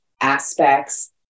aspects